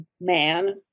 man